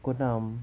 pukul enam